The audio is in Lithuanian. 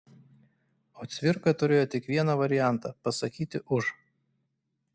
o cvirka turėjo tik vieną variantą pasakyti už